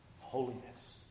Holiness